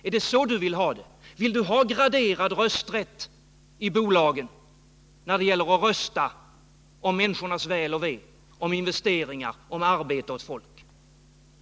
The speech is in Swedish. Är det önskvärt med graderad rösträtt i bolagen när det gäller att rösta om människornas väl och ve, om investeringar och om arbete åt folk?